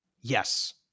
Yes